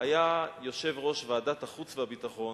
היה יושב-ראש ועדת החוץ והביטחון